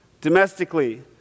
domestically